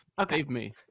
Okay